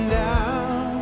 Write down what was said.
down